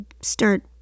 start